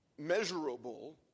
measurable